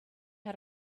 how